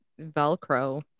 Velcro